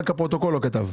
רק הפרוטוקול לא כתב.